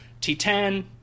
T10